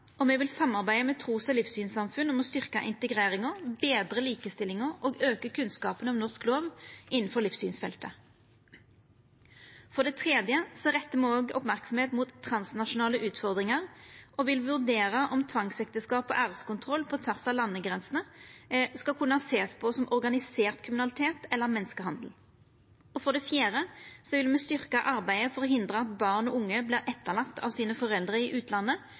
og me vil samarbeida med trus- og livssynssamfunn om å styrkja integreringa, betra likestillinga og auka kunnskapen om norsk lov innanfor livssynsfeltet. For det tredje rettar me merksemd mot transnasjonale utfordringar og vil vurdera om tvangsekteskap og æreskontroll på tvers av landegrensene skal kunna sjåast på som organisert kriminalitet eller menneskehandel. For det fjerde vil me styrkja arbeidet for å hindra at barn og unge vert etterlatne av foreldra sine i utlandet,